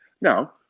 Now